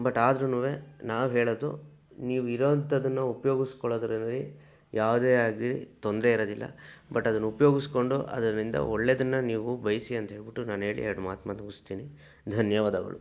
but ಆದ್ರೂ ನಾವು ಹೇಳೋದು ನೀವು ಇರೋವಂಥದನ್ನು ಉಪಯೋಗಿಸ್ಕೊಳ್ಳೋದ್ರಲ್ಲಿ ಯಾವುದೇ ಆಗಲಿ ತೊಂದರೆ ಇರೋದಿಲ್ಲ ಬಟ್ ಅದನ್ನು ಉಪಯೋಗಿಸ್ಕೊಂಡು ಅದರಿಂದ ಒಳ್ಳೆಯದನ್ನ ನೀವು ಬಯಸಿ ಅಂತ ಹೇಳ್ಬಿಟ್ಟು ನಾನು ಹೇಳಿ ಎರಡು ಮಾತನ್ನ ಮುಗಿಸ್ತೀನಿ ಧನ್ಯವಾದಗಳು